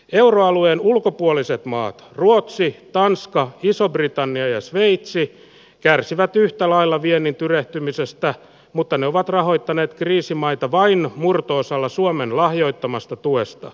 euroalueen ulkopuoliset maat ruotsi tanska ja iso britannia ja sveitsi kärsivät yhtälailla viennin tyrehtymisestä mutta ne ovat rahoittaneet riisimaita vain murto osalla suomen lahjoittamasta tuesta